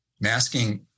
masking